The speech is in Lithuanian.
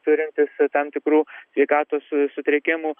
turintys tam tikrų sveikatos sutrikimų